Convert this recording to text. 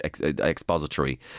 expository